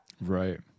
Right